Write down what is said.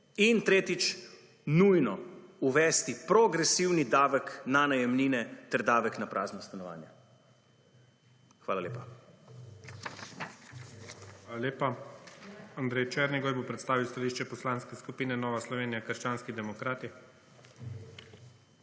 In tretjič, nujno uvesti progresivni davek na najemnine ter davek na prazna stanovanja. Hvala lepa.